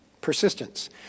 persistence